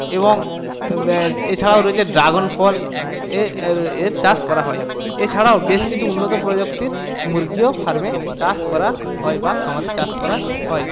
এবং এছাড়াও রয়েছে ড্রাগন ফল এর চাষ করা হয় এছাড়াও বেশ কিছু উন্নত প্রযুক্তির মুরগিও ফার্মে চাষ করা হয় বা খামারে চাষ করা হয়